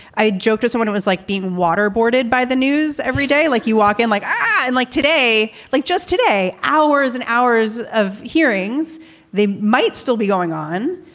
a joke to someone. it was like being waterboarded by the news every day. like you walk in like i'm like today, like just today. hours and hours of hearings they might still be going on.